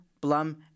Blum